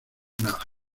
nada